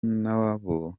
nabo